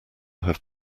have